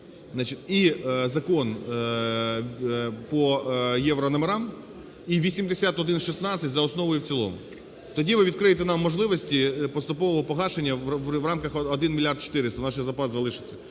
і Закон поєврономерам, і 8116 за основу і в цілому, тоді ви відкриєте нам можливості поступового погашення в рамках 1 мільярд 400, у нас ще запас залишиться,